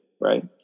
Right